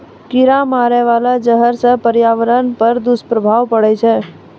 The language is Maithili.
कीरा मारै बाला जहर सँ पर्यावरण पर दुष्प्रभाव पड़ै छै